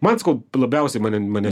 man sakau labiausiai mane mane